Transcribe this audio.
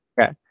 Okay